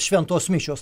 šventos mišios